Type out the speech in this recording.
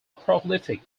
prolific